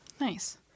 Nice